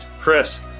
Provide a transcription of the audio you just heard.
Chris